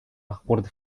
acord